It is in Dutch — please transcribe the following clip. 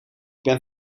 ben